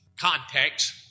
context